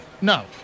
No